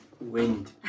Wind